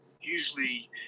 usually